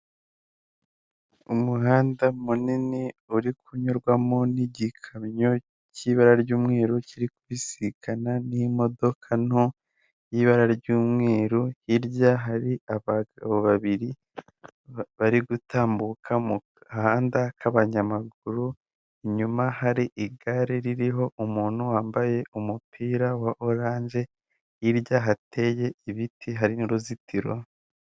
Umuhanda munini uri kunyurwamo n'igikamyo cy'ibara ry'umweru, kiri kubisikana n'imodoka nto y'ibara ry'umweru. Hirya hari abagabo babiri bari gutambuka mu gahanda k'abanyamaguru. Inyuma hari igare ririho umuntu wambaye umupira wa oranje. Hirya hateye ibiti hari n'uruzitiro.